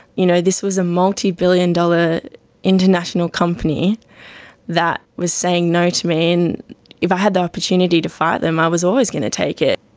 you know this was a multibillion-dollar international company that was saying no to me, and if i had the opportunity to fight them i was always going to take it.